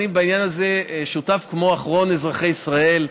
אני בעניין הזה שותף לדילמה הזו כמו אחרון אזרחי ישראל.